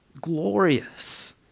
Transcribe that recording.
glorious